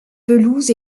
pelouses